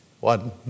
One